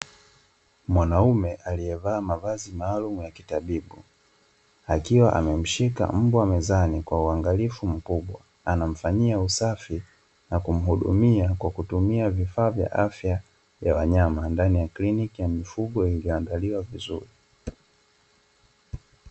Mwanaume aliyevaa mavazi maalumu ya kitabibu. Akiwa amemshika mbwa mezani kwa uangalifu mkubwa; anamfanyia usafi, na kumhudumia kwa kutumia vifaa vya afya ya wanyama ndani ya kliniki ya mifugo iliyoandaliwa vizuri.